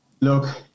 look